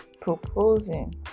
proposing